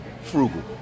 frugal